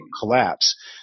collapse